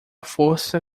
força